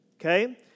Okay